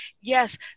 Yes